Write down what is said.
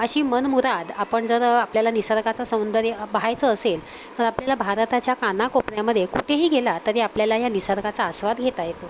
अशी मनमुराद आपण जर आपल्याला निसर्गाचा सौंदर्य पहायचं असेल तर आपल्याला भारताच्या कानाकोपऱ्यामध्ये कुठेही गेला तरी आपल्याला ह्या निसर्गाचा आस्वाद घेता येतो